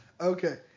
okay